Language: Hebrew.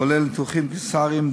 כולל ניתוחים קיסריים,